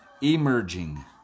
emerging